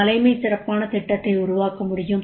தலைமை சிறப்பான திட்டத்தை உருவாக்க முடியும்